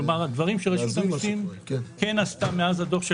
כלומר דברים שרשות המיסים כן עשתה מאז הדוח של